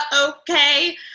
okay